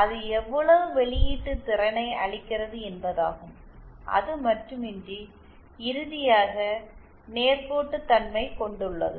அது எவ்வளவு வெளியீட்டு திறனை அளிக்கிறது என்பதாகும் அதுமட்டுமின்றி இறுதியாக நேர்கோட்டுத்தன்மையையும் கொண்டுள்ளது